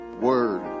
word